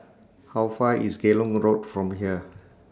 How Far away IS Geylang Road from here